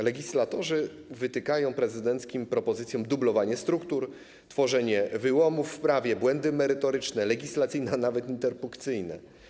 Legislatorzy wytykają prezydenckim propozycjom dublowanie struktur, tworzenie wyłomów w prawie, błędy merytoryczne, legislacyjne, a nawet interpunkcyjne.